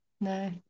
no